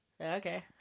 Okay